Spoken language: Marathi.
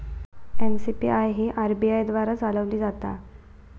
एन.सी.पी.आय ही आर.बी.आय द्वारा चालवली जाता